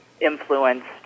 influenced